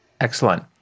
Excellent